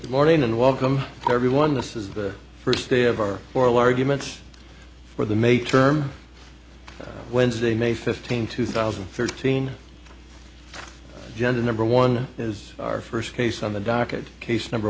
morning and welcome everyone this is the first day of our oral arguments for the may term wednesday may fifteenth two thousand and thirteen gender number one is our first case on the docket case number